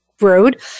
road